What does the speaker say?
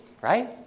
right